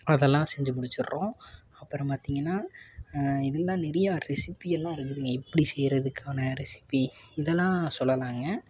அதெல்லாம் செஞ்சு முடிச்சிர்றோம் அப்புறம் பார்த்தீங்கன்னா இதுக்குன்னால் நிறையா ரெசிபியெல்லாம் இருக்குதுங்க எப்படி செய்கிறதுக்கான ரெசிபி இதெல்லாம் சொல்லலாங்க